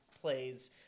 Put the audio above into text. plays